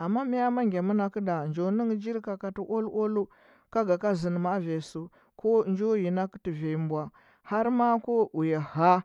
Amma mya, ma ngya mɚnakɚ da njo nɚnghɚ jiri kakatɚ ual- ualu ka ga ka zando maa vanya sɚu ko njo yinakɚ tɚ vanya mbwa har ma’a ko uya hea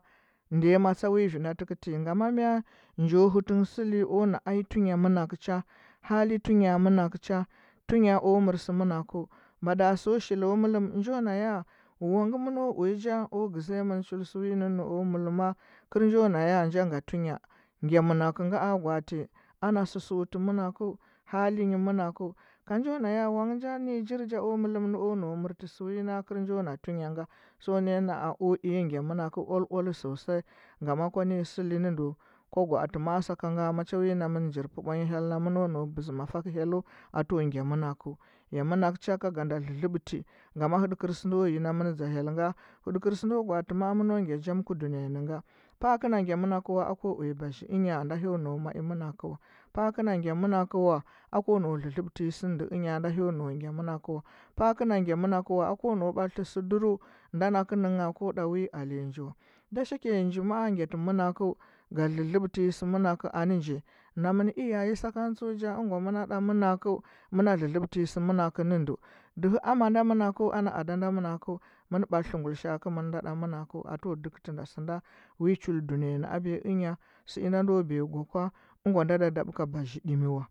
ndiya matsa wi vinda tɚkɚti ngama mea, njo hɚtɚ nghɚ sɚli o na ai tunya mɚnɚkɚcho, hali tunya mɚnakɚcha, tunya o mɚrsɚ mɚnakɚn mada so shilo mɚlɚm njo na ya wangɚ. mɚno uya ja o gɚzɚya mɚn chulsɚ wi nɚnna o mɚlɚmaz kɚr njo naya nja nga tunya. Ngya mɚnakɚ nga a gwaati, ana sɚsɚ uti mɚnakɚu, halinyi mɚnakɚu. ka nja naya wangɚ njo ninyi jiri ja o mɚlɚm na o nau mɚntɚsɚ win kɚr njo na tunya nga so naya naa o iya ngya mɚnakɚ ual- ualu sosai, ngama kwa ninyi sɚli nɚ ndɚu, kwo gwaatɚ maa sakanga macha namɚn njir pɚ bwanya hyelna mɚno nau bɚzɚ mafakɚ hyellu ato ngya mɚnakɚu, yo mɚnakɚ cha ka ga nda dlɚdlɚbti ngama hɚɗɚkɚr sɚndo yi namɚn dea hyel nga hɚɗɚkɚr sɚndo gwaati mɚno nau ngya jam ku dunyanɚ nga paakɚ na ngya mɚnakɚwa ako uya bazii ɚnya nda hyo nau ai mɚnaka wa paakɚ na ngya mɚnakɚ wa ko nau dlɚdlɚbtɚnyi sɚ nɚ ndɚ ɚnya nda hyo nau ngya mɚnakɚ wa paakɚ na ngya mɚnakɚ wa ako nau batlɚtɚsɚ duru nda nakɚnɚngha koɗa wi alanya nji wa da shike nji moa ngyatɚ mɚnakɚu ga dlɚdlɚbtɚnyi gɚmakɚ nɚnji namɚn iyaye sakan tsuja ɚngwa mɚna ɗa mɚnakɚu, mɚna dlɚdlɚbtɚnyi sɚmakɚ nɚ ndɚu dɚhɚ ama nda mɚnakɚu ana ada nda mɚnakɚu mun batlɚɚ ngulishaa kɚmɚn nda ɗa mɚnakɚu ato dɚkɚtɚnda sɚnda inji chul duniya nɚ abiya ɚnya, sɚinda ndo biya gwe kwa ɚngwa nda da dobɚ ka bazhi ɗimi wa.